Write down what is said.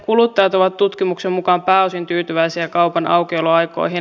kuluttajat ovat tutkimuksen mukaan pääosin tyytyväisiä kaupan aukioloaikoihin